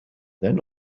then